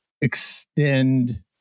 extend